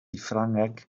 ffrangeg